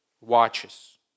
watches